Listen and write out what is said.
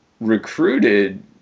recruited